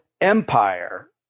empire